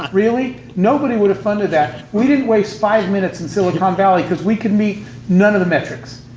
really? nobody would have funded that. we didn't waste five minutes in silicon um valley, because we could meet none of the metrics.